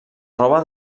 roba